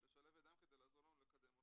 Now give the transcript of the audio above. לשלב ידיים כדי לעזור לנו לקדם אותו.